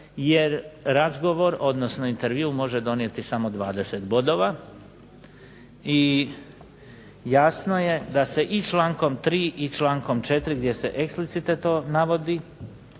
jer razgovor, odnosno intervju može donijeti samo 20 bodova, i jasno je da se i člankom 3. i člankom 4. gdje se eksplicite to navodi